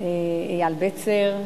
אייל בצר,